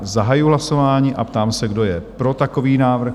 Zahajuji hlasování a ptám se, kdo je pro takový návrh?